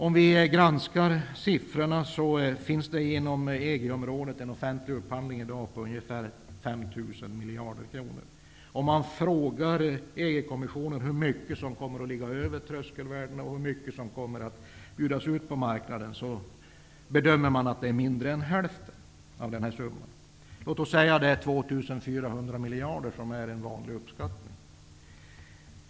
Om vi granskar siffrorna, finner vi att det inom EG området i dag finns en offentlig upphandling omfattande ungefär 5 000 miljarder kronor. Om man frågar EG-kommissionen hur mycket som kommer att överstiga tröskelvärdena och hur mycket som kommer att bjudas ut på marknaden, blir svaret att man bedömer att det rör sig om mindre än hälften av den summa som här nämnts. Låt oss säga att det rör sig om 2 400 miljarder -- det är en vanlig uppskattning.